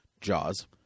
Jaws